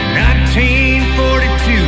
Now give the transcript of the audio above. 1942